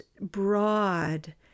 broad